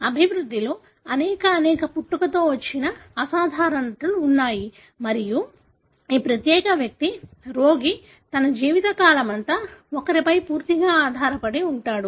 అభివృద్ధిలో అనేక అనేక పుట్టుకతో వచ్చే అసాధారణతలు ఉన్నాయి మరియు ఈ ప్రత్యేక వ్యక్తి రోగి తన జీవితకాలమంతా ఒకరిపై పూర్తిగా ఆధారపడి ఉంటాడు